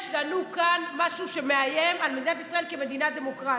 יש לנו כאן משהו שמאיים על מדינת ישראל כמדינה דמוקרטית.